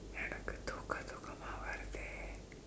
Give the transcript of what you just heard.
எனக்கு தூக்கம் தூக்கமா வருது:enakku thuukkam thuukkamaa varuthu